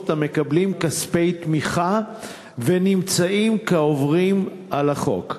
המקבלים כספי תמיכה ונמצאים כעוברים על החוק.